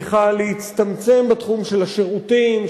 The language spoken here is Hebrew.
צריכה להצטמצם בתחום של השירותים,